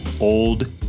old